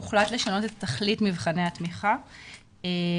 הוחלט לשנות את תכלית מבחני התמיכה ולהפוך